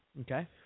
Okay